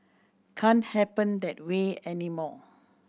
can't happen that way anymore